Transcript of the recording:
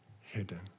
hidden